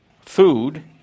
food